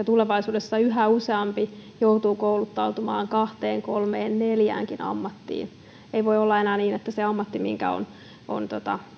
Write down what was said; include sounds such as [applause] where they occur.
[unintelligible] tulevaisuudessa yhä useampi joutuu kouluttautumaan kahteen kolmeen neljäänkin ammattiin ei voi olla enää niin että se ammatti mihinkä on on